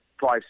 Five